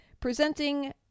presenting